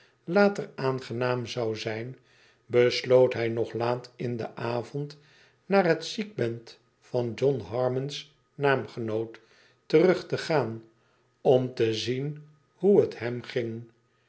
later aangenaam zou zijn besloot hij nog laat in den avond naar het ziekbed van john harmon's naamgenoot terug te gaan om te zien hoe het hem ging